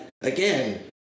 again